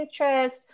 Pinterest